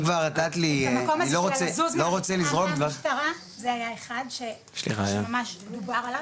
אז אם כבר נתת לי אני לא רוצה לזרום --- זה היה אחד שממש דובר עליו,